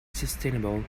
sustainable